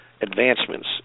advancements